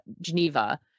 Geneva